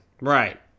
Right